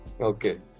Okay